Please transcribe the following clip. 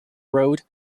road